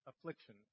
affliction